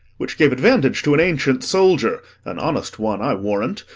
which gave advantage to an ancient soldier an honest one, i warrant,